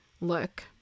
Look